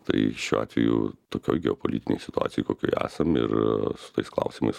tai šiuo atveju tokioj geopolitinėj situacijoj kokioje esam ir su tais klausimais